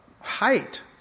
height